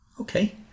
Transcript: Okay